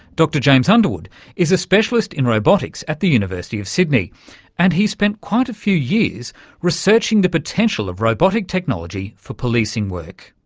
dr james underwood is a specialist in robotics at the university of sydney and he's spent quite a few years researching the potential of robotic technology for policing work.